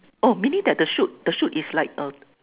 oh maybe that the shoot the shoot is like uh